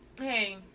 hey